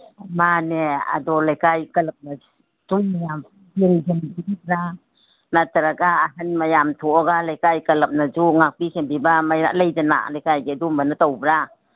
ꯃꯥꯅꯦ ꯑꯗꯨ ꯂꯩꯀꯥꯏ ꯀꯂꯕꯅ ꯁꯨꯝ ꯃꯌꯥꯝ ꯅꯠꯇ꯭ꯔꯒ ꯑꯍꯟ ꯃꯌꯥꯝ ꯊꯣꯛꯑꯒ ꯂꯩꯀꯥꯏ ꯀꯂꯕꯅꯁꯨ ꯉꯥꯛꯄꯤ ꯁꯦꯟꯕꯤꯕ ꯂꯩꯗꯅ ꯂꯩꯀꯥꯏꯗꯤ ꯑꯗꯨꯒꯨꯝꯕꯅ ꯇꯧꯕ꯭ꯔ